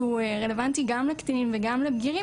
שהוא רלוונטי גם לקטינים וגם לבגירים,